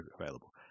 available